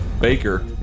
Baker